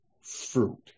fruit